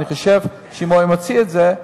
ואני חושב שאם הוא היה מציע את זה,